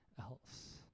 else